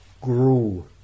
grew